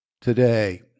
today